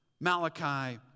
Malachi